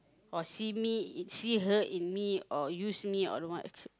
or see me see her in me or use me or what